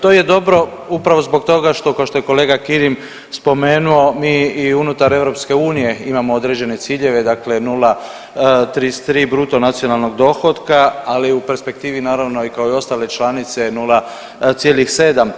To je dobro upravo zbog toga što kao što je kolega Kirin spomenuo, mi i unutar EU imamo određene ciljeve dakle 0,33 bruto nacionalnog dohotka, ali u perspektivi naravno i kao i ostale članice 0,7.